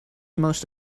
most